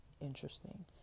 interesting